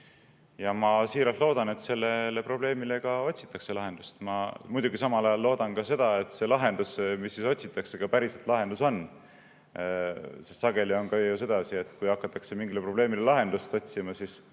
Ma siiralt loodan, et sellele probleemile otsitakse lahendust. Ma muidugi samal ajal loodan ka seda, et see lahendus, mida otsitakse, ka päriselt lahendus on, sest sageli on ju sedasi, et kui hakatakse mingile probleemile lahendust otsima, siis